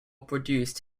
produced